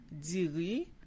Diri